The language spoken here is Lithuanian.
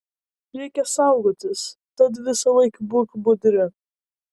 reikia saugotis tad visąlaik būk budri